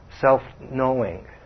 self-knowing